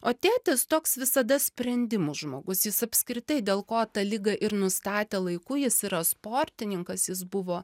o tėtis toks visada sprendimų žmogus jis apskritai dėl ko tą ligą ir nustatė laiku jis yra sportininkas jis buvo